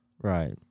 Right